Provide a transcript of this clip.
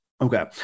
Okay